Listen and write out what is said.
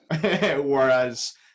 Whereas